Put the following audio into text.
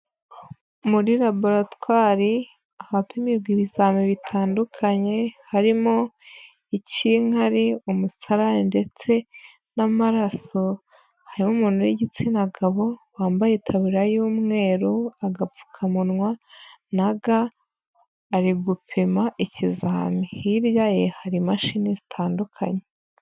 Muri laboratwari ahapimirwa ibizamini bitandukanye, harimo icy'inkari, umusarani ndetse n'amaraso; harimo umuntu w'igitsina gabo wambaye itabura y'umweru, agapfukamunwa, na Ga, ari gupima ikizami. Hirya ye hari imashini zitandukanye.